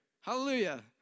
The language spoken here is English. Hallelujah